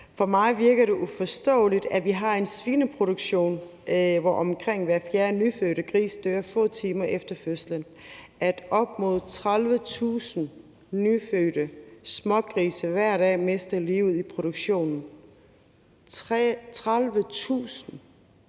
For mig virker det uforståeligt, at vi har en svineproduktion, hvor omkring hver fjerde nyfødte gris dør få timer efter fødslen, og at op mod 30.000 nyfødte smågrise hver dag mister livet i produktionen – 30.000